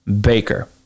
Baker